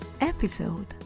episode